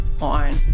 on